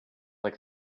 like